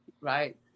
Right